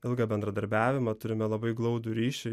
ilgą bendradarbiavimą turime labai glaudų ryšį